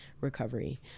recovery